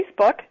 Facebook